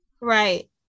Right